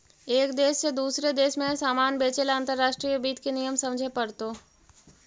एक देश से दूसरे देश में सामान बेचे ला अंतर्राष्ट्रीय वित्त के नियम समझे पड़तो